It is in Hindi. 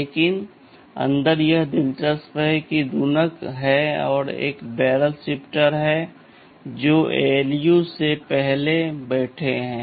लेकिन अंदर यह दिलचस्प है एक गुणक है एक बैरल शिफ्टर है जो ALU से पहले बैठे हैं